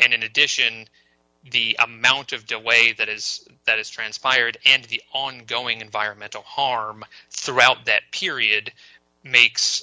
and in addition the amount of do away that is that has transpired and the ongoing environmental harm throughout that period makes